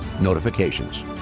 notifications